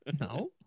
no